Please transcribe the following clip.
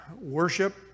worship